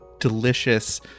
delicious